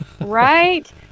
Right